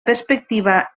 perspectiva